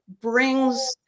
brings